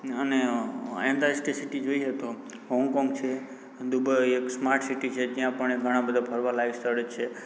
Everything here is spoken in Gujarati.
અને એન્ટાર્કટિક સિટી જોઈએ તો હૉંગકૉંગ છે દુબઈ એક સ્માર્ટ સીટી છે જ્યાં પણ ઘણાં બધા ફરવાલાયક સ્થળ છે